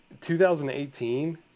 2018